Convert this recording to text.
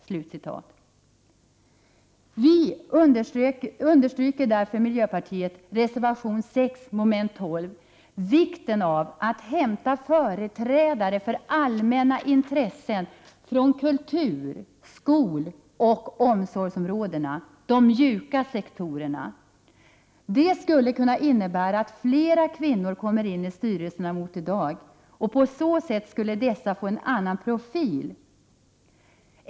Miljöpartiet understryker i reservation 6 vikten av att de som företräder allmänna intressen skall komma från kultur-, skoloch omsorgsområdena, dvs. de mjuka sektorerna. Detta skulle kunna innebära att fler kvinnor än vad som i dag är fallet kommer in i styrelserna. Styrelserna skulle på så sätt få en annan profil.